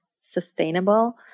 sustainable